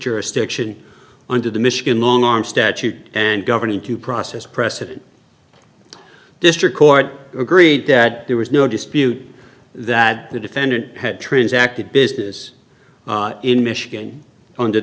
jurisdiction under the michigan long arm statute and governing to process precedent the district court agreed that there was no dispute that the defendant had transacted business in michigan under